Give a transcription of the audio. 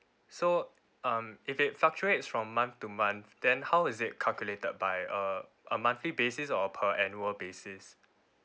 so um if it fluctuates from month to month then how is it calculated by uh a monthly basis or per annual basis